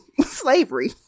slavery